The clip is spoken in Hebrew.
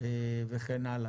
וכן הלאה?